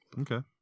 Okay